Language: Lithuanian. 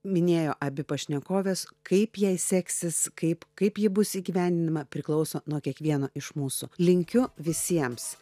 minėjo abi pašnekovės kaip jai seksis kaip kaip ji bus įgyvendinama priklauso nuo kiekvieno iš mūsų linkiu visiems